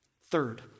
Third